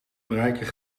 bereiken